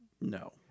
No